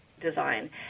design